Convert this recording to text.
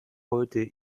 heute